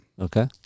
Okay